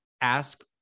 ask